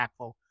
impactful